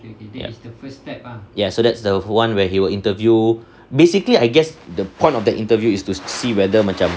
ya ya so that's the one where they will interview basically I guess the point of the interview is to see whether macam